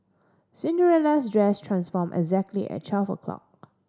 Cinderella's dress transformed exactly at twelve o'clock